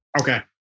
okay